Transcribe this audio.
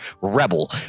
rebel